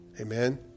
Amen